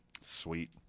Sweet